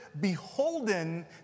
beholden